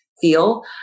feel